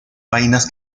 vainas